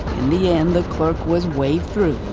in the end, the clerk was waved through,